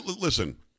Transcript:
listen